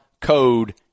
code